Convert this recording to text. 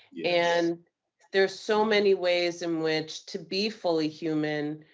and there's so many ways in which to be fully human,